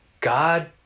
God